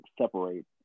separate